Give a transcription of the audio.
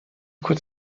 could